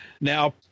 Now